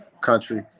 country